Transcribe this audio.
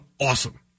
awesome